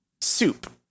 Soup